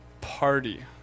party